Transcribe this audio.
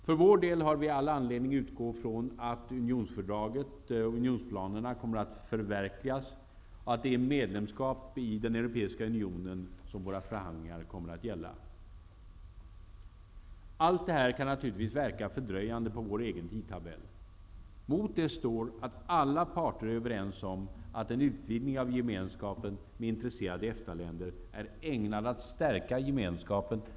För vår del har vi anledning att utgå från att unionsplanerna kommer att förverkligas och att det är medlemskap i den europeiska unionen som våra förhandlingar kommer att gälla. Allt detta kan naturligtvis verka fördröjande på vår egen tidtabell. Mot det står att alla parter är överens om att en utvidgning av Gemenskapen med intresserade EFTA-länder är ägnad att stärka Gemenskapen.